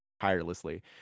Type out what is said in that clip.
tirelessly